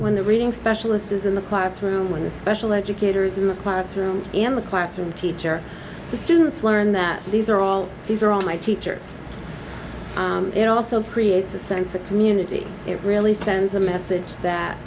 when the reading specialises in the classroom when the special educators in the classroom in the classroom teacher the students learn that these are all these are all my teachers it also creates a sense of community it really sends a message that